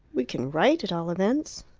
we can write at all events.